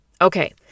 Okay